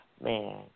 Man